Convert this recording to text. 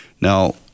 Now